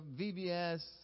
VBS